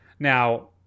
Now